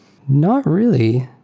not really.